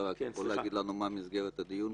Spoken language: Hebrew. אתה יכול להגיד לנו מה מסגרת הדיון?